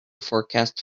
forecast